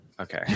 Okay